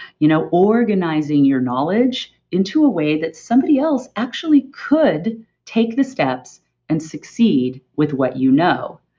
you know organizing your knowledge into a way that somebody else actually could take the steps and succeed with what you know.